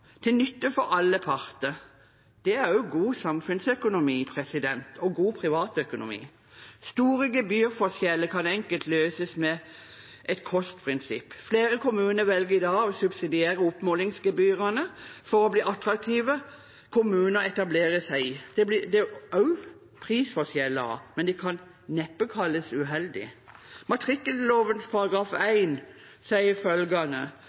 til nytte for alle parter. Det er også god samfunnsøkonomi og god privatøkonomi. Store gebyrforskjeller kan enkelt løses ved et kostprinsipp. Flere kommuner velger i dag å subsidiere oppmålingsgebyrene for å bli attraktive kommuner å etablere seg i. Det er også prisforskjeller, men det kan neppe kalles uheldig. Matrikkelloven § 1 sier følgende: